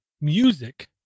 music